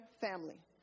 family